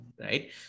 right